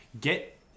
Get